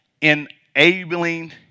enabling